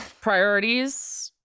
Priorities